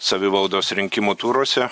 savivaldos rinkimų turuose